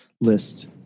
list